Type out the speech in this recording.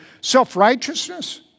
self-righteousness